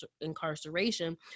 incarceration